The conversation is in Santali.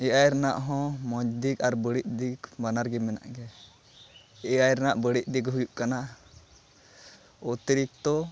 ᱮ ᱟᱭ ᱨᱮᱱᱟᱜᱦᱚᱸ ᱢᱚᱡᱽᱫᱤᱠ ᱟᱨ ᱵᱟᱹᱲᱤᱡᱫᱤᱠ ᱵᱟᱱᱟᱨ ᱜᱮ ᱢᱮᱱᱟᱜ ᱜᱮᱭᱟ ᱮ ᱟᱭ ᱨᱮᱱᱟᱜ ᱵᱟᱹᱲᱤᱡᱫᱤᱠ ᱦᱩᱭᱩᱜ ᱠᱟᱱᱟ ᱚᱛᱤᱨᱤᱠᱛᱚ